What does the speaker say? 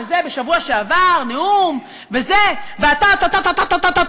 ושבוע שעבר נאום וזה והטה-טה-טה-טה-טה-טה-טה,